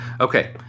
Okay